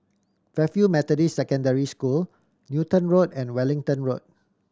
Fairfield Methodist Secondary School Newton Road and Wellington Road